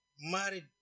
married